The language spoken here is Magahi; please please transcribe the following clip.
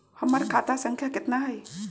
हमर खाता संख्या केतना हई?